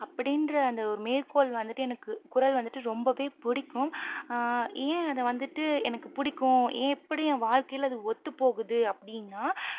அப்படின்ற அந்த ஒரு மேற்கோள் வந்துட்டு எனக்கு குறள் வந்துட்டு ரொம்ப பிடிக்கும் ஏ அதை வந்துட்டு எனக்கு பிடிக்கும் எப்படி என் வாழ்க்கையில் அது ஒத்துப்போகுது அப்படின்னா